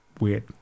weird